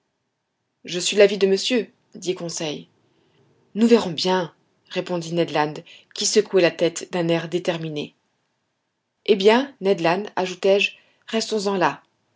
je suis de l'avis de monsieur dit conseil nous verrons bien répondit ned land qui secouait la tête d'un air déterminé et maintenant ned land ajoutai-je restons-en là